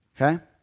okay